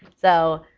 so